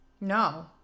No